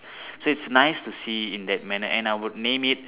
so it's nice to see in that manner and I would name it